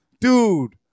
Dude